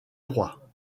roi